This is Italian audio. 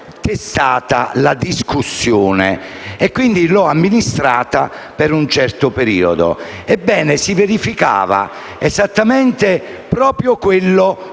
testata "La Discussione", che quindi ho amministrato per un certo periodo. Ebbene, si verificava esattamente proprio quello